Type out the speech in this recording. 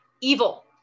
evil